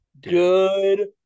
Good